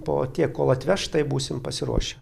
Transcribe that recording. po tiek kol atveš tai būsim pasiruošę